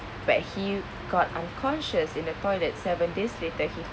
but he got unconscious in the toilet seven days later he